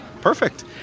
perfect